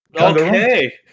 Okay